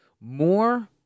more